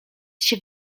się